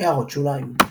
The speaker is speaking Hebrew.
הערות שוליים ==